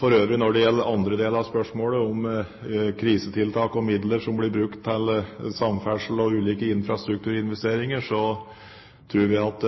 For øvrig, når det gjelder andre del av spørsmålet, om krisetiltak og midler som blir brukt til samferdsel og ulike infrastrukturinvesteringer, tror vi at